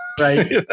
Right